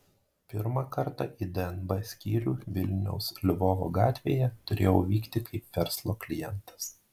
pirmą kartą į dnb skyrių vilniaus lvovo gatvėje turėjau vykti kaip verslo klientas